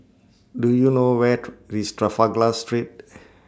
Do YOU know Where IS Street